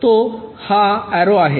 तो हा एरो आहे